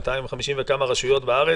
קצת יותר מ-250 רשויות בארץ,